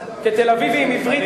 כתל-אביבי עם עברית,